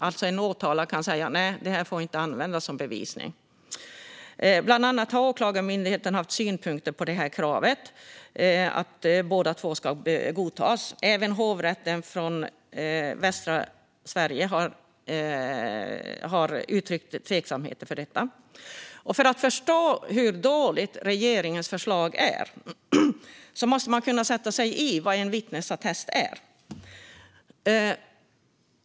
En åtalad ska alltså kunna säga: Nej, det här får inte användas som bevisning. Bland annat Åklagarmyndigheten har haft synpunkter på kravet på att båda parter måste godta användningen. Även Hovrätten för Västra Sverige har uttryckt tveksamhet till detta. För att förstå hur dåligt regeringens förslag är måste man sätta sig in i vad en vittnesattest är.